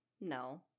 no